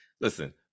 listen